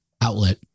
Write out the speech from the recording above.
outlet